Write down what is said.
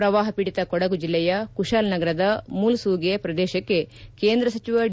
ಪ್ರವಾಹ ಪೀಡಿತ ಕೊಡಗು ಜಿಲ್ಲೆಯ ಕುಶಾಲನಗರದ ಮೂಲುಸೂಗೆ ಪ್ರದೇಶಕ್ಕೆ ಕೇಂದ್ರ ಸಚಿವ ಡಿ